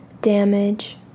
damage